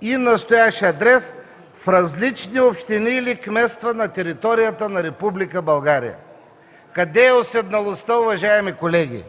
и настоящ адрес в различни общини или кметства на територията на Република България”. Къде е уседналостта, уважаеми колеги?